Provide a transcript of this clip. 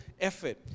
effort